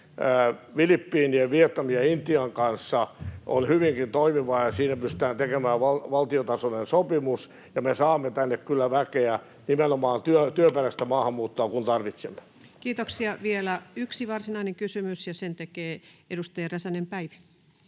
Filippiinien, Vietnamin ja Intian kanssa on hyvinkin toimivaa ja siinä pystytään tekemään valtiotasoinen sopimus, ja me saamme tänne kyllä väkeä, nimenomaan työperäistä maahanmuuttoa, kun tarvitsemme. Vielä yksi varsinainen kysymys, ja sen esittää edustaja Räsänen, Päivi.